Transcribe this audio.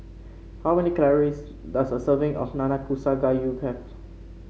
how many calories does a serving of Nanakusa Gayu have